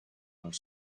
are